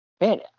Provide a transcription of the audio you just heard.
man